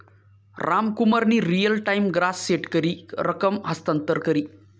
रामकुमारनी real time gross set करी रकम हस्तांतर करी